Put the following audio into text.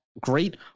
Great